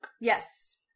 Yes